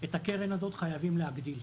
את הקרן הזאת חייבים להגדיל.